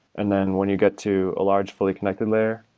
and then when you get to a large fully connected layer,